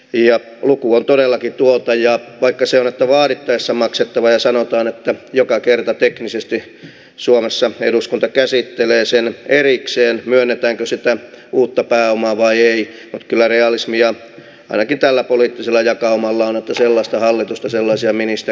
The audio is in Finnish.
ja vaali on todellakin tuottaja voi kysyä mitä vaadittaessa yksimielinen ja että eduskunta käsittelee sen erikseen myönnetäänkö sitä uutta pääomaa vai ei valitsee valtuuskunnan jäseniksi ja näki täällä oli selvä jakaumalla ole sellaista varajäseniksi seuraavat edustajat